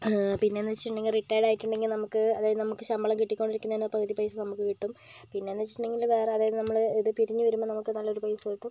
പിന്നെയെന്നു വെച്ചിട്ടുണ്ടെങ്കിൽ റിട്ടയേഡ് ആയിട്ട് ഉണ്ടെങ്കിൽ നമുക്ക് അതായത് നമ്മുക്ക് ശമ്പളം കിട്ടിക്കൊണ്ടിരിക്കുന്നതിൻ്റെ പകുതി പൈസ നമുക്ക് കിട്ടും പിന്നെയെന്നു വെച്ചിട്ടുണ്ടെങ്കിൽ വേറെ അതായിത് നമ്മൾ പിരിഞ്ഞു വരുമ്പോൾ നമുക്ക് നല്ലൊരു പൈസ കിട്ടും